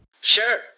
Sure